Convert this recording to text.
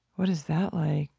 what is that like?